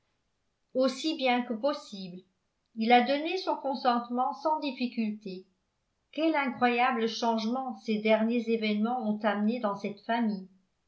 aussi bien que possible il a donné son consentement sans difficulté quel incroyable changement ces derniers événements ont amené dans cette famille